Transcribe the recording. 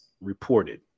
reported